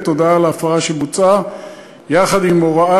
הודעה על ההפרה שבוצעה יחד עם הוראה